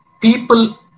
people